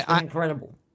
incredible